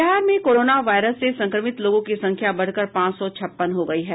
बिहार में corona virus से संक्रमित लोगो की संख्या बढ़कर पांच सौ छप्पन हो गयी है